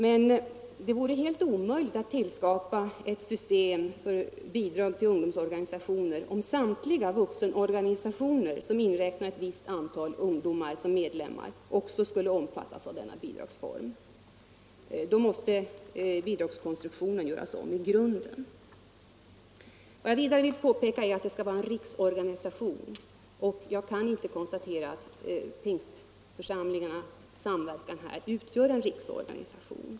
Men det vore helt omöjligt att tillskapa ett system för bidrag till ungdomsorganisationer, om samtliga vuxenorganisationer som inräknar ett visst antal ungdomar som medlemmar också skulle omfattas av denna bidragsform. I så fall måste bidragskonstruktionen göras om i grunden. 2. Det skall vara en riksorganisation. Jag kan inte finna att pingstförsamlingarnas samverkan utgör en riksorganisation.